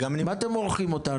מה אתם מורחים אותנו?